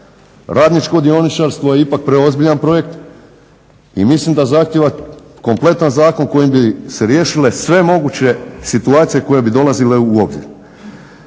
Radničko dioničarstvo je ipak preozbiljan projekt i mislim da zahtjeva kompletan zakon kojim bi se riješile sve moguće situacije koje bi dolazile u obzir.